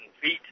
feet